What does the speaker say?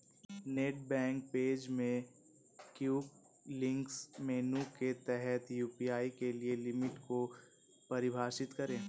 net bank page में quick links menu के तहत यू.पी.आई के लिए लिमिट को परिभाषित करें